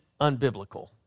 unbiblical